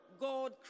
God